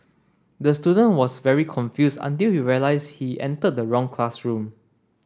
the student was very confused until he realise he entered the wrong classroom